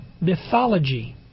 mythology